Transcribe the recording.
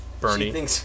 Bernie